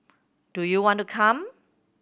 do you want to come